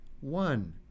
one